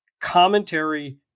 Commentary